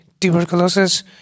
tuberculosis